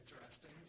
interesting